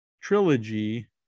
trilogy